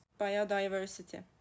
biodiversity